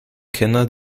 kenner